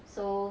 so